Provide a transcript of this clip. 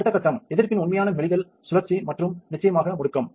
அடுத்த கட்டம் எதிர்ப்பின் உண்மையான மெலிதல் சுழற்சி மற்றும் நிச்சயமாக முடுக்கம்